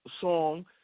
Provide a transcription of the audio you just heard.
song